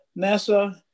NASA